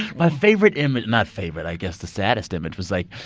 my favorite image not favorite. i guess the saddest image was, like,